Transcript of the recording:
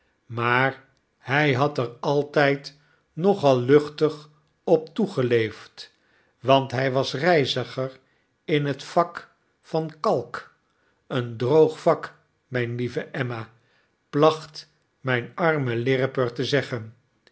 maar hy had er altyd nogal luchtig op toe geleefd want hy was reiziger in het vak van kalk een droog vak mijne lieve emma placht myn arme lirriper te zeggen